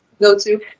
Go-to